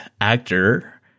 actor